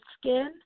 skin